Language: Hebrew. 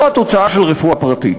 זו התוצאה של רפואה הפרטית.